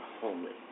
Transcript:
homeless